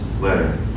letter